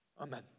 Amen